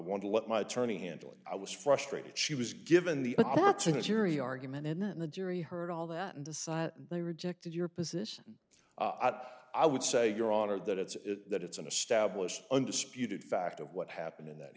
want to let my attorney handle it i was frustrated she was given the opportunity yuri argument and then the jury heard all that and decide they rejected your position i would say your honor that it's that it's an established undisputed fact of what happened in that